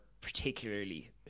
particularly